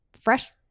fresh